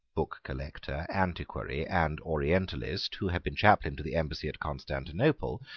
book-collector, antiquary, and orientalist, who had been chaplain to the embassy at constantinople,